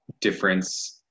difference